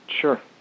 Sure